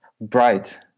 bright